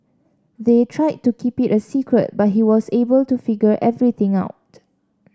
they tried to keep it a secret but he was able to figure everything out